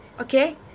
Okay